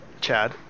Chad